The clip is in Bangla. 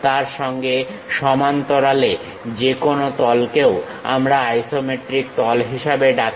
তার সঙ্গে সমান্তরাল যেকোনো তলকেও আমরা আইসোমেট্রিক তল হিসেবে ডাকি